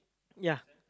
ya